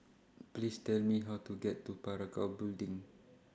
Please Tell Me How to get to Parakou Building